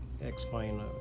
explain